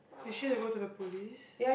did she have to go to the police